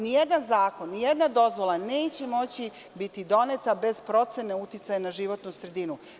Nijedan zakon, nijedna dozvola neće moći biti doneta bez procene uticaja na životnu sredinu.